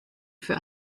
für